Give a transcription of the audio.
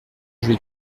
joli